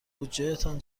بودجهتان